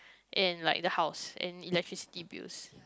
and like the house and electricity bills